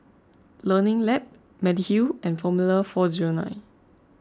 Learning Lab Mediheal and formula four zero nine